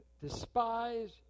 despise